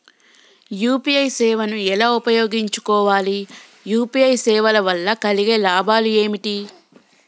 UPI సేవను ఎలా ఉపయోగించు కోవాలి? యూ.పీ.ఐ సేవల వల్ల కలిగే లాభాలు ఏమిటి?